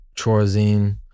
Chorazin